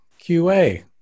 QA